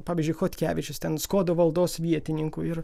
pavyzdžiui chodkevičius ten skuodo valdos vietininku ir